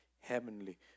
Heavenly